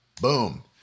boom